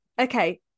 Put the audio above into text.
Okay